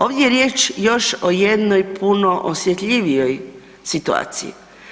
Ovdje je riječ još o jednom puno osjetljivijoj situaciji.